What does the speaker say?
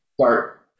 start